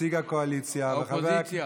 נציג הקואליציה, האופוזיציה.